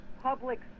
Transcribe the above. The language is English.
public